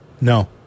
No